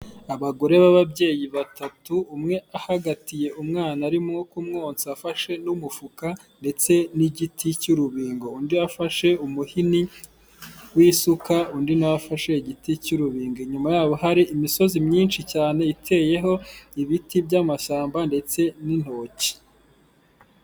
Abagore b'ababyeyi batatu, umwe ahagatiye umwana arimo kumwosa afashe n'umufuka ndetse n'igiti cy'urubingo, undi afashe umuhini w'isuka, undi nawe afashe igiti cy'urubingo, inyuma yabo hari imisozi myinshi cyane iteyeho ibiti by'amashyamba ndetse n'intoki.